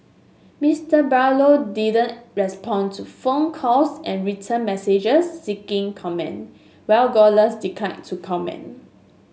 Mister Barlow didn't respond to phone calls and written messages seeking comment while Gosling declined to comment